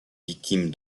victimes